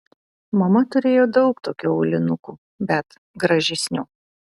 mama turėjo daug tokių aulinukų bet gražesnių